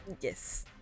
Yes